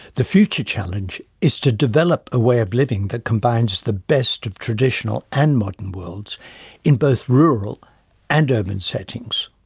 the future challenge is to develop a way of living that combines the best of traditional and modern worlds in both rural and urban settings.